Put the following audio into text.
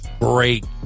Great